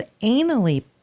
anally